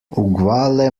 uguale